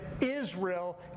Israel